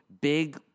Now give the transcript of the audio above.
big